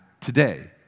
today